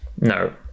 No